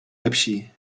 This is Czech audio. lepší